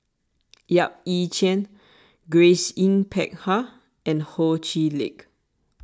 Yap Ee Chian Grace Yin Peck Ha and Ho Chee Lick